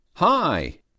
Hi